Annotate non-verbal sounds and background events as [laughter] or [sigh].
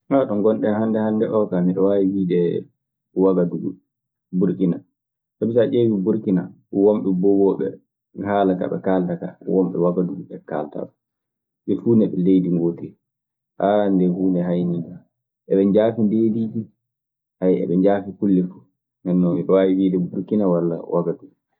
[hesitation] ɗo ngonɗen hanndɗe hannde oo kaa. Miɗe waawi wiide Wagadugu, Burkina. Sabi so a ƴeeƴii Burkina, wonɓe Bobo ɓee, haala ka ɓe kaalata kaa, wonɓe Wagadugu Kaalataa ɗun. Ɓe fuu ne ɓe Leydi ngootiri, haa ndee huunde haaynii kan. Eɓe njaafi ndeediiji, [hesitation] eɓe njaafi kulle fu. Ndeen non miɗe waawi wiide Burkina walla Wagadugu.